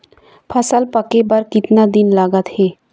फसल पक्के बर कतना दिन लागत हे?